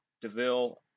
Deville